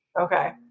Okay